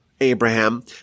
Abraham